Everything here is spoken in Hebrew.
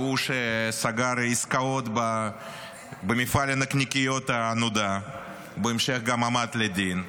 ההוא שסגר עסקאות במפעל הנקניקיות הנודע ובהמשך גם עמד לדין,